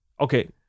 okay